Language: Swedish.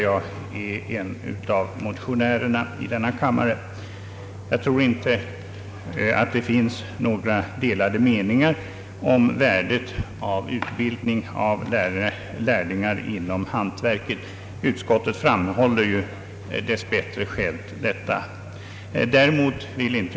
Jag är en av motionärerna i denna kammare: Jag tror inte att det finns några delade meningar om värdet av lärlingsutbildning inom hantverket. Detta framhålles dess bättre av utskottet självt.